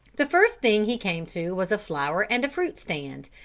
the first thing he came to was a flower and fruit stand,